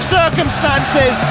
circumstances